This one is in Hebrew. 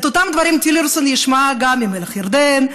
את אותם דברים טילרסון ישמע גם ממלך ירדן,